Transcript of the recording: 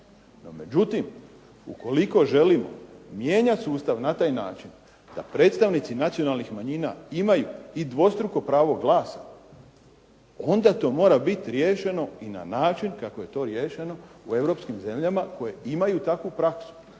međutim ukoliko želimo mijenjati sustav na taj način da predstavnici nacionalnih manjina imaju i dvostruko pravo glasa onda to mora biti riješeno i na način kako je to riješeno u europskim zemljama koje imaju takvu praksu,